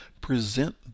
present